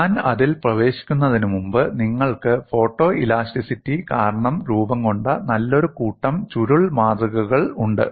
ഞാൻ അതിൽ പ്രവേശിക്കുന്നതിന് മുമ്പ് നിങ്ങൾക്ക് ഫോട്ടോഇലാസ്റ്റിസിറ്റി കാരണം രൂപംകൊണ്ട നല്ലൊരു കൂട്ടം ചുരുൾ മാതൃകകൾ ഉണ്ട്